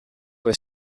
was